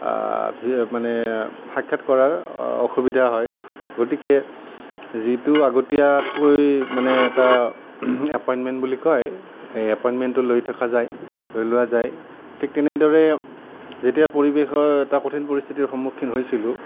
কি হয় মানে মানে সাক্ষাৎ কৰাৰ অসুবিধা হয় গতিকে যিটো আগতীয়াকৈ মানে এটা এপইণ্টমেণ্ট বুলি কয় সেই এপইণ্টমেণ্টটো লৈ থকা যায় লৈ লোৱা যায় ঠিক তেনেদৰে যেতিয়া পৰিৱেশৰ এটা কঠিন পৰিস্থিতিৰ সন্মুখীন হৈছিলোঁ